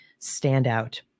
Standout